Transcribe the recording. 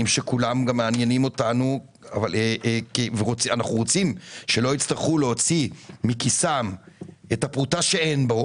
הצרכנים שלא יכולים להוציא את הפרוטה שאין להם,